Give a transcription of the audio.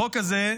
החוק הזה,